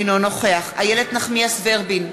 אינו נוכח איילת נחמיאס ורבין,